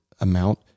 amount